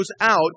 out